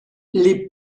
les